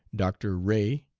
dr. ray,